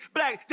Black